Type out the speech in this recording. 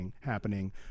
happening